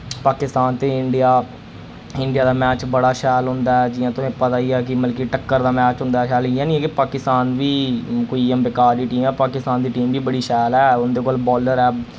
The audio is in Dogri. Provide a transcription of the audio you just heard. पाकिस्तान ते इंडिया इंडिया दा मैच बड़ा शैल होंदा ऐ जि'यां तुसें पता ही ऐ कि मतलब कि टक्कर दा मैच होंदा ऐ खैर इय्यां नि ऐ कि पाकिस्तान बबी कोई इयां बेकार देई टीम ऐ पाकिस्तान दी टीम बी बड़ी शैल ऐ उं'दे कोल बालर ऐ